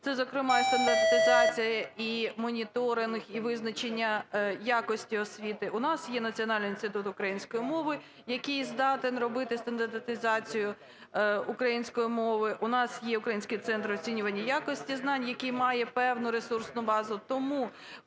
це, зокрема, і стандартизація, і моніторинг, і визначення якості освіти. У нас є Національний інститут української мови, який здатен робити стандартизацію української мови. У нас є Український центр оцінювання якості знань, який має певну ресурсну базу.